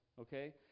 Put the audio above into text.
Okay